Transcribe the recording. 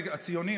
שהחבר'ה ציונים,